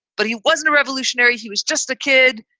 but he wasn't a revolutionary. he was just a kid.